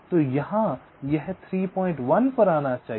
तो यहाँ यह 31 पर आना चाहिए